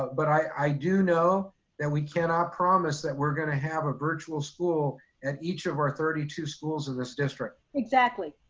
but i do know that we cannot promise that we're going to have a virtual school at each of our thirty two schools in this district. exactly.